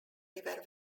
river